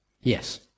Yes